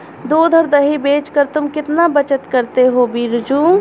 दूध और दही बेचकर तुम कितना बचत करते हो बिरजू?